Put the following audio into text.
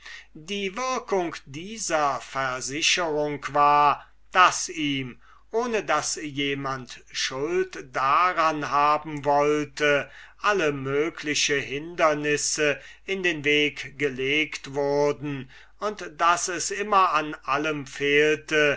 der effect dieser versicherung war daß ihm ohne daß jemand schuld daran haben wollte alle mögliche hindernisse in den weg gelegt wurden und daß es immer an allem fehlte